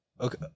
okay